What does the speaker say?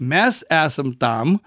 mes esam tam